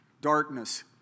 darkness